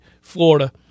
Florida